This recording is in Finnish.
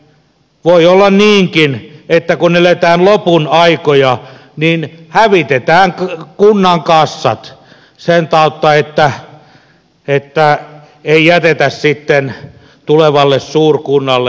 voi olla niinkin että kun eletään lopun aikoja niin hävitetään kunnan kassat sen tautta että ei jätetä sitten tulevalle suurkunnalle